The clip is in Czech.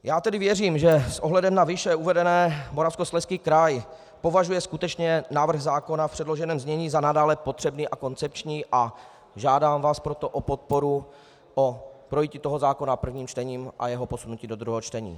Já tedy věřím, že s ohledem na výše uvedené Moravskoslezský kraj považuje skutečně návrh zákona v předloženém znění za nadále potřebný a koncepční, a žádám vás proto o podporu, o projití toho zákona prvním čtením a jeho posunutí do druhého čtení.